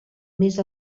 més